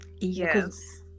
Yes